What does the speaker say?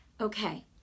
Okay